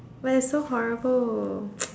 but it's so horrible